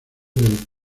del